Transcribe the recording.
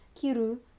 kiru